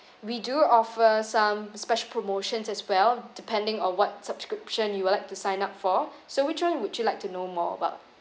we do offer some special promotions as well depending on what subscription you would like to sign up for so which one would you like to know more about